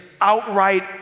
outright